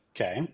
Okay